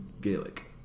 Gaelic